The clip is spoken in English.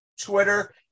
Twitter